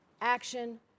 action